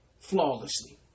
flawlessly